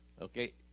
Okay